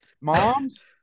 Moms